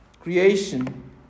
Creation